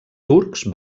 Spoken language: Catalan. turcs